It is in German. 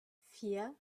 vier